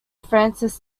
francis